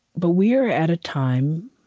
but we are at a time,